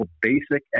basic